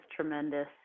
tremendous